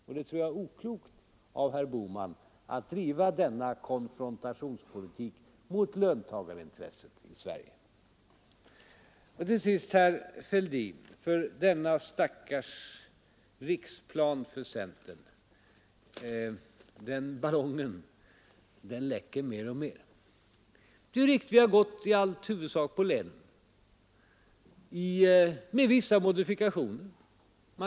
Jag tror att det är oklokt av herr Bohman att driva denna konfrontationspolitik mot löntagarintressena i Sverige. Till sist vill jag säga till herr Fälldin att centerns stå s riksplan är en ballong som läcker mer och mer. Det är riktigt att vi i huvudsak men med vissa modifikationer har gått på länen.